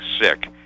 sick